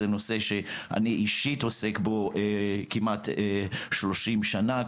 זה נושא שאני אישית עוסק בו כמעט 30 שנה,